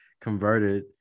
converted